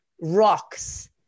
rocks